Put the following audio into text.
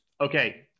Okay